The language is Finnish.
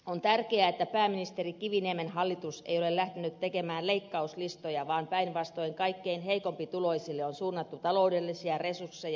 on tärkeää että pääministeri kiviniemen hallitus ei ole lähtenyt tekemään leikkauslistoja vaan päinvastoin kaikkein heikkotuloisimmille on suunnattu taloudellisia resursseja